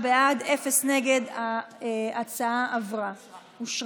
מוועדת הפנים והגנת הסביבה לוועדת